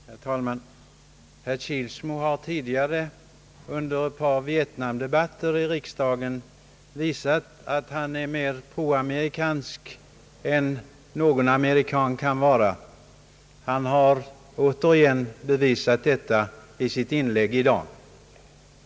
Herr talman! Herr Kilsmo har tidigare under ett par Vietnamdebatter i riksdagen visat att han är mer proamerikansk än någon amerikan kan vara. Han har återigen bevisat detta i sitt inlägg i dag.